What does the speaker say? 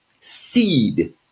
seed